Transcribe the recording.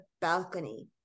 balcony